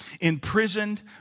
imprisoned